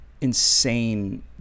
insane